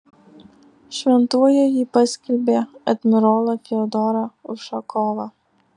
šventuoju ji paskelbė admirolą fiodorą ušakovą